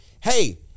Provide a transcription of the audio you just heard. Hey